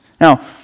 Now